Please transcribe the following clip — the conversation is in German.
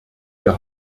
wir